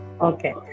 Okay